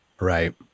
Right